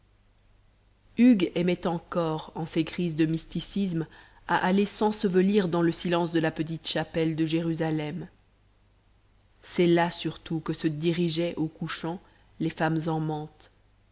hugues aimait encore en ses crises de mysticisme à aller s'ensevelir dans le silence de la petite chapelle de jérusalem c'est là surtout que se dirigeaient au couchant les femmes en mante